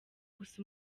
gusa